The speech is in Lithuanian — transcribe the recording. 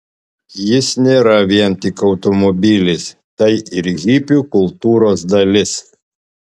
jis nėra vien tik automobilis tai ir hipių kultūros dalis